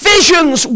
Visions